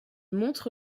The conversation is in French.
montre